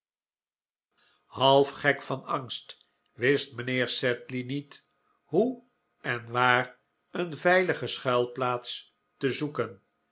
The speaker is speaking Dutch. half gek van angst wist mijnheer sedley niet hoe en waar een veilige schuilplaats te zoeken